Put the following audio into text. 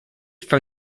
from